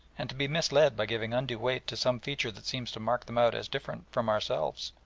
and to be misled by giving undue weight to some feature that seems to mark them out as different from ourselves.